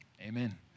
Amen